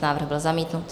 Návrh byl zamítnut.